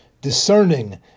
discerning